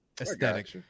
aesthetic